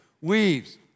weaves